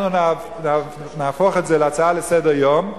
אנחנו נהפוך את זה להצעה לסדר-היום,